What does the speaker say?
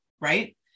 right